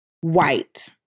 white